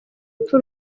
urupfu